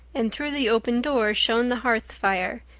and through the open door shone the hearth fire,